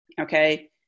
Okay